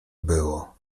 było